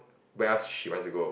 where else she wants to go